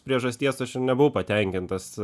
priežasties aš ir nebuvau patenkintas